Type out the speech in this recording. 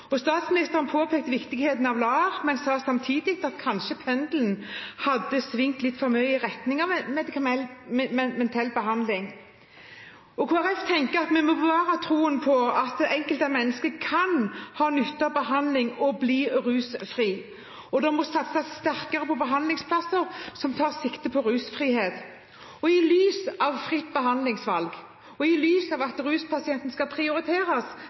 Statsministeren påpekte viktigheten av LAR, men sa samtidig at pendelen kanskje hadde svingt litt for mye i retning av medikamentell behandling. Kristelig Folkeparti tenker at vi må bevare troen på at det enkelte menneske kan ha nytte av behandling og bli rusfri, og det må satses sterkere på behandlingsplasser som tar sikte på rusfrihet. I lys av fritt behandlingsvalg, og i lys av at ruspasienten skal prioriteres